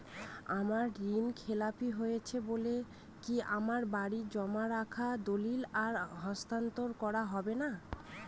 আমার ঋণ খেলাপি হয়েছে বলে কি আমার বাড়ির জমা রাখা দলিল আর হস্তান্তর করা হবে না?